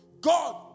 God